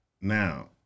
Now